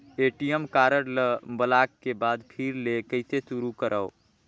ATM card ल block के बाद फिर ले कइसे शुरू करव?